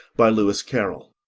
by lewis carroll